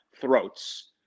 throats